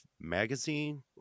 magazine